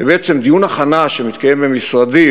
ובעצם דיון הכנה שמתקיים במשרדי,